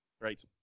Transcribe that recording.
Great